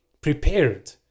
prepared